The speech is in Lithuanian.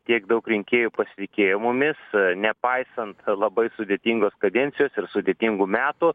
tiek daug rinkėjų pasitikėjimo mumis nepaisant labai sudėtingos kadencijos ir sudėtingų metų